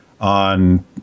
on